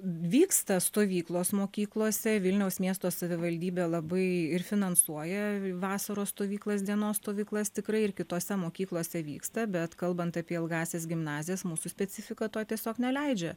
vyksta stovyklos mokyklose vilniaus miesto savivaldybė labai ir finansuoja vasaros stovyklas dienos stovyklas tikrai ir kitose mokyklose vyksta bet kalbant apie ilgąsias gimnazijas mūsų specifika to tiesiog neleidžia